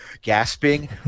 gasping